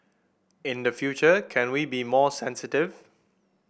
in the future can we be more sensitive